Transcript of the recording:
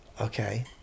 okay